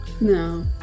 No